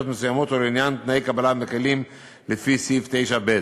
מסוימות או לעניין תנאי קבלה מקלים לפי סעיף 9(ב)".